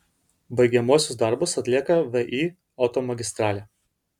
baigiamuosius darbus atlieka vį automagistralė